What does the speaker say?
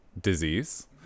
disease